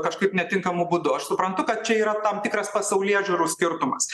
kažkaip netinkamu būdu aš suprantu kad čia yra tam tikras pasaulėžiūrų skirtumas